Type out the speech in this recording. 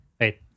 Wait